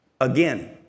Again